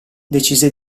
decise